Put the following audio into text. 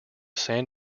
san